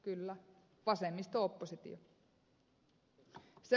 kyllä vasemmisto oppositio